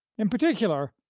in particular,